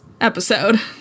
episode